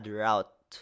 route